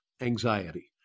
anxiety